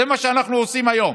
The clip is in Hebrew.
זה מה שאנחנו עושים היום.